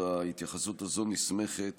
ההתייחסות הזו נסמכת